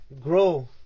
grow